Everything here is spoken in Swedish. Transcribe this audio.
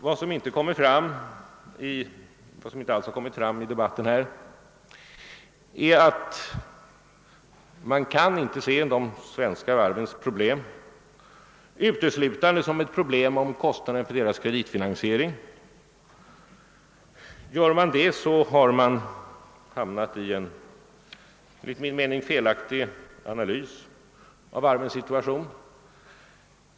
Vad som alls inte kommit fram i dehatten är att man inte kan se de svenska varvens problem uteslutande som ett problem rörande kostnaderna för deras kreditfinansiering. Om så sker har man enligt min mening hamnat i en felaktig analys av varvens situation.